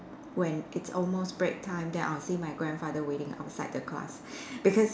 when it's almost break time then I'll see my grandfather waiting outside the class because